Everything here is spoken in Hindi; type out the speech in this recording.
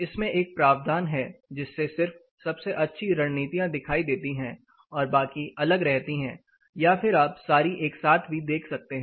इसमें एक प्रावधान है जिससे सिर्फ सबसे अच्छी रणनीतियां दिखाई देती है और बाकी अलग रहती है या फिर आप सारी एक साथ भी देख सकते हैं